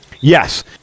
Yes